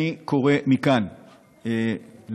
אני קורא מכאן לעצמנו,